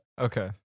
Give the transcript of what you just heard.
Okay